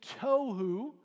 tohu